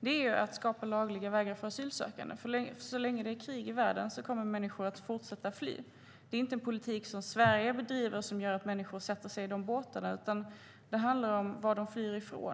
är att skapa lagliga vägar för asylsökande. Så länge det är krig i världen kommer människor nämligen att fortsätta fly. Det är inte en politik som Sverige bedriver som gör att människor sätter sig i dessa båtar, utan det handlar om vad de flyr ifrån.